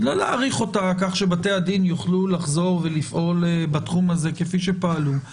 לא להאריך אותה כך שבתי הדין יוכלו לחזור ולפעול בתחום הזה כפי שפעלו,